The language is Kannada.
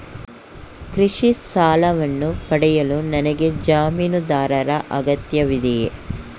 ಕೃಷಿ ಸಾಲವನ್ನು ಪಡೆಯಲು ನನಗೆ ಜಮೀನುದಾರರ ಅಗತ್ಯವಿದೆಯೇ?